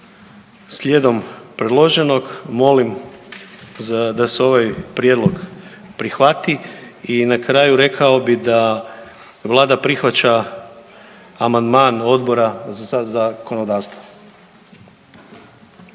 Slijedom predloženog molim da se ovaj prijedlog prihvati i na kraju rekao bih da vlada prihvaća amandman Odbora za zakonodavstvo.